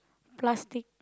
plastic